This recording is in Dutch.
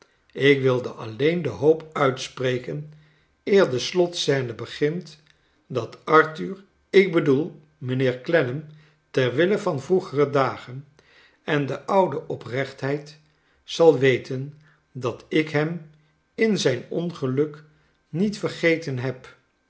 ik wilde alleen de hoop uitspreken eer de slotscene begint dat arthur ik loedoel mijnheer clennam ter wille van vroegere dagen en de oude oprechtheid zal weten dat ik hem in zijn ongeluk niet vergeten heb